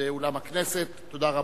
באולם הכנסת, תודה רבה.